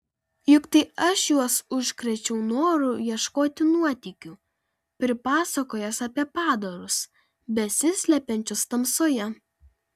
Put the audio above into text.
juk tai aš juos užkrėčiau noru ieškoti nuotykių pripasakojęs apie padarus besislepiančius tamsoje